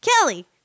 Kelly